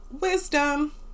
wisdom